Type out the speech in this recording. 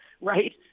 right